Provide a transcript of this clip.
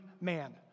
man